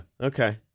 Okay